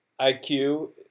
IQ